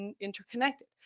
interconnected